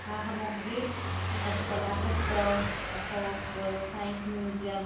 সা সামগ্ৰী কলাক্ষেত্ৰ হওক চাইঞ্চ মিউজিয়াম